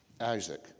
Isaac